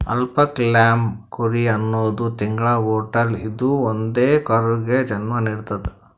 alpaca llama ಕುರಿ ಹನ್ನೊಂದ್ ತಿಂಗ್ಳ ಹೊಟ್ಟಲ್ ಇದ್ದೂ ಒಂದೇ ಕರುಗ್ ಜನ್ಮಾ ನಿಡ್ತದ್